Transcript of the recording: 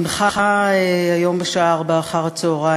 הונחה היום בשעה 16:00